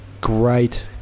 great